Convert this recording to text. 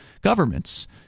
governments